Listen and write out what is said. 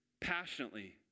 passionately